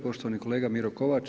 Poštovani kolega Miro Kovač.